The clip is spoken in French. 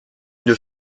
une